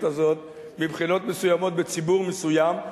הזאת מבחינות מסוימות בציבור מסוים,